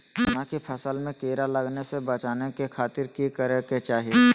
चना की फसल में कीड़ा लगने से बचाने के खातिर की करे के चाही?